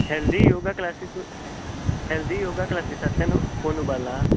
healthy yoga क्लासिसूस healthy yoga क्लासिससांतल्यान phone उबारला